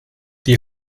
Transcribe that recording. die